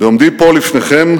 בעומדי פה לפניכם,